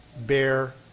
bear